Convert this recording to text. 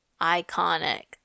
iconic